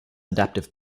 adaptive